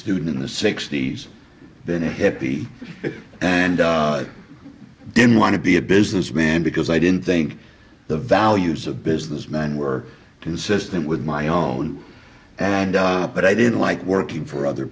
student in the sixty's than a hippie and and i didn't want to be a businessman because i didn't think the values of business man were consistent with my own and but i didn't like working for other